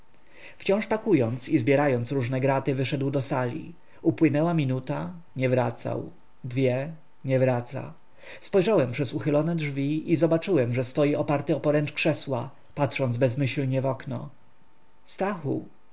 wciąż pakując i zbierając różne graty wyszedł do sali upłynęła minuta nie wracał dwie nie wraca spojrzałem przez uchylone drzwi i zobaczyłem że stoi oparty o poręcz krzesła patrząc bezmyślnie w okno stachu